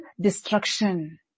destruction